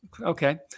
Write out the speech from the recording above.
Okay